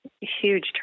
huge